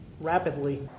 rapidly